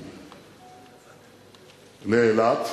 לאילת,